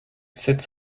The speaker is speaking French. sept